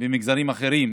פחות מבמגזרים אחרים.